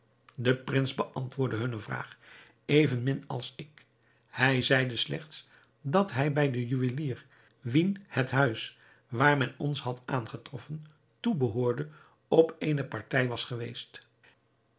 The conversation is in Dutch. de prins beantwoordde hunne vraag evenmin als ik hij zeide slechts dat hij bij den juwelier wien het huis waar men ons had aangetroffen toebehoorde op eene partij was geweest